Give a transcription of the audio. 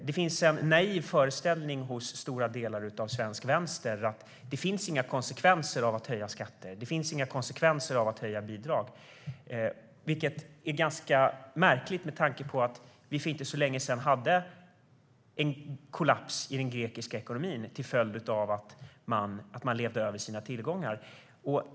Det finns en naiv föreställning hos stora delar av svensk vänster att det inte finns några konsekvenser av att höja skatter eller bidrag, vilket är ganska märkligt med tanke på att det inte för så länge sedan skedde en kollaps i den grekiska ekonomin till följd av att man levde över sina tillgångar.